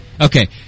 Okay